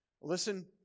Listen